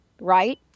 right